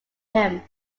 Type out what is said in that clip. him